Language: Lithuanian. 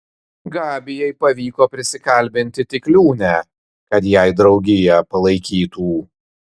gabijai pavyko prisikalbinti tik liūnę kad jai draugiją palaikytų